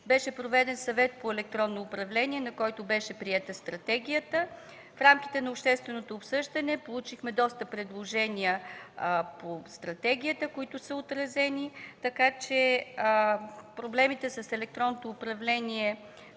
Беше проведен Съвет по електронно управление, на който беше приета стратегията. В рамките на общественото обсъждане получихме доста предложения по стратегията, които са отразени. Проблемите с електронното управление